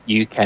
UK